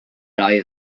oedd